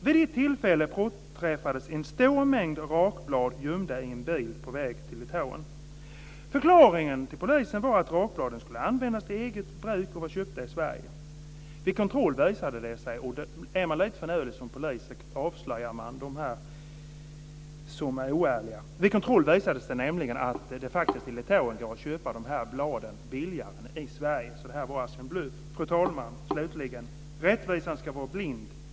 Vid ett tillfälle påträffades en stor mängd rakblad gömda i en bil på väg till Litauen. Förklaringen till polisen var att rakbladen skulle användas till eget bruk och var köpta i Sverige. Är man lite finurlig som polis avslöjar man dem som är oärliga. Vid kontroll visade det sig nämligen att det i Litauen går att köpa bladen billigare än i Sverige. Det var alltså en bluff. Fru talman! Rättvisan ska vara blind.